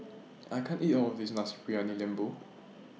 I can't eat All of This Nasi Briyani Lembu